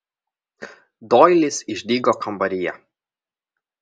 doilis išdygo kambaryje